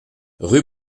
rue